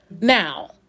now